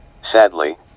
Sadly